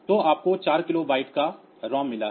तो आपको 4 किलोबाइट का ROM मिला है